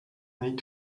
need